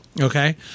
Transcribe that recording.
Okay